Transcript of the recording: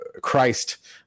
Christ